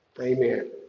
Amen